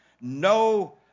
No